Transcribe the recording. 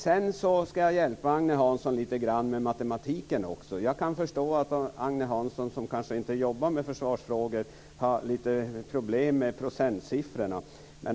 Sedan ska jag även hjälpa Agne Hansson lite grann med matematiken. Jag kan förstå att Agne Hansson som kanske inte jobbar med försvarsfrågor har lite problem med procentsiffrorna.